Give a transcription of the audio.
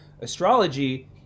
Astrology